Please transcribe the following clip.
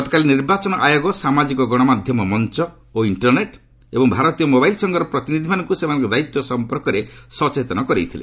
ଗତକାଲି ନିର୍ବାଚନ ଆୟୋଗ ସାମାଜିକ ଗଶମାଧ୍ୟମ ମଞ୍ଚ ଓ ଇଷ୍ଟରନେଟ୍ ଏବଂ ଭାରତୀୟ ମୋବାଇଲ୍ ସଂଘର ପ୍ରତିନିଧିମାନଙ୍କୁ ସେମାନଙ୍କ ଦାୟିତ୍ୱ ସମ୍ପର୍କରେ ସଚେତନ କରାଇଥିଲେ